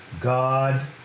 God